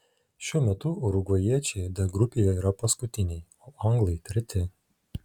šiuo metu urugvajiečiai d grupėje yra paskutiniai o anglai treti